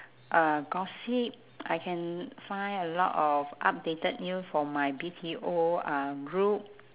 uh gossip I can find a lot of updated news from my B_T_O uh group